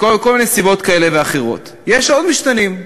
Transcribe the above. מכל מיני סיבות כאלה ואחרות, אבל יש עוד משתנים.